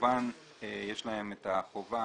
כמובן יש להם את החובה